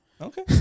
Okay